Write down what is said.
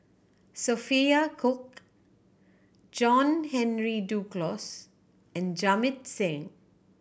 Sophia Cooke John Henry Duclos and Jamit Singh